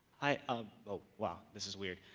hi, oh ah wow. this is weird.